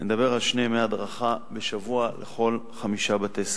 אני מדבר על שני ימי הדרכה בשבוע לכל חמישה בתי-ספר.